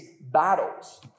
battles